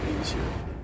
easier